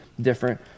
different